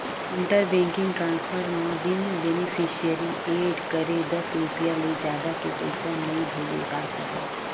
inter banking transfer म बिन beneficiary add करे दस रूपिया ले जादा के पइसा नइ भेजे जा सकय